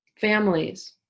families